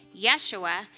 Yeshua